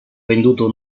venduto